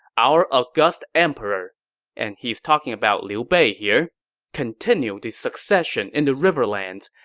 our august emperor and he's talking about liu bei here continued the succession in the riverlands.